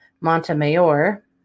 Montemayor